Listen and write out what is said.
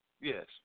Yes